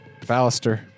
Ballister